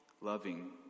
loving